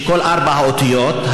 שכל ארבע האותיות,